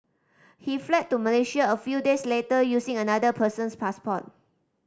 he fled to Malaysia a few days later using another person's passport